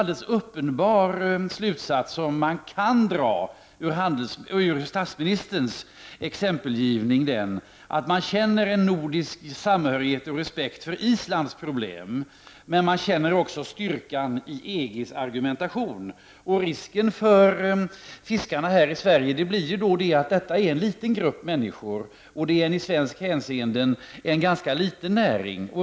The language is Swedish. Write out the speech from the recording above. En uppenbar slutsats som vi kan dra av statsministerns exempelgivning är att man känner en nordisk samhörighet och respekt för Islands problem, men att man också känner styrkan i EG:s argumentation. Risken för fiskarna i Sverige uppstår genom att det rör sig om en liten grupp människor och en i svenskt hänseende ganska liten näring.